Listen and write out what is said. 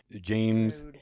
James